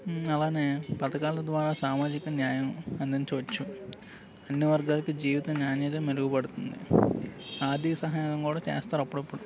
అలానే పథకాల ద్వారా సామాజిక న్యాయం అందించవచ్చు అన్ని వర్గాలకి జీవిత నాణ్యత మెరుగుపడుతుంది ఆర్ధిక సహాయం కూడా చేస్తారు అప్పుడప్పుడు